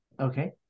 Okay